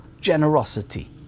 generosity